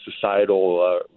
societal